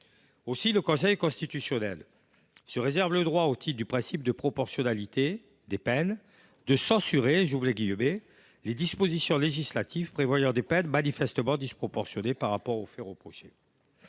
Aussi le Conseil constitutionnel se réserve t il le droit, au titre du principe de proportionnalité des peines, de censurer « les dispositions législatives prévoyant des peines manifestement disproportionnées par rapport aux faits reprochés.